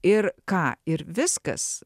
ir ką ir viskas